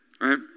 right